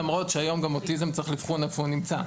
למרות שהיום גם אוטיזם צריך לבחון איפה הוא נמצא.